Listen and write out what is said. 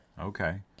Okay